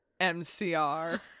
MCR